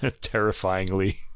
terrifyingly